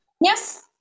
Yes